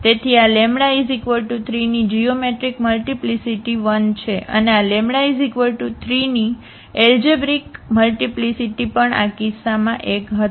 તેથી આ λ 3 ની જીઓમેટ્રિક મલ્ટીપ્લીસીટી 1 છે અને આ λ 3 ની એલજેબ્રિક મલ્ટીપ્લીસીટી પણ આ કિસ્સામાં 1 હતો